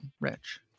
Rich